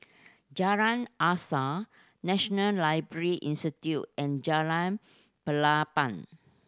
Jalan Asas National Library Institute and Jalan Pelepah